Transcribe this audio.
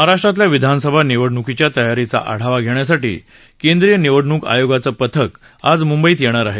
महाराष्ट्रातल्या विधानसभा निवडणुकीच्या तयारीचा आढावा घेण्यासाठी केंद्रीय निवडणुक आयोगाचं पथक आज मुंबईत येणार आहे